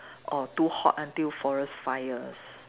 or too hot until forest fires